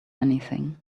anything